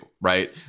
right